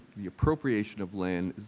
the appropriation of land,